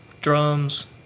Drums